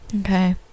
okay